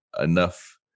enough